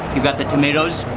you've got the tomatoes,